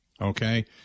okay